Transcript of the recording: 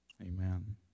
Amen